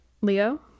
Leo